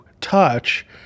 touch